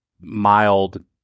mild